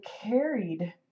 carried